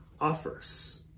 offers